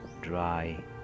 dry